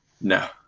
No